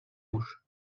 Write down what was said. rouge